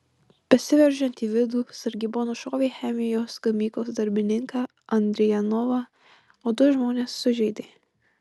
besiveržiant į vidų sargyba nušovė chemijos gamyklos darbininką andrijanovą o du žmones sužeidė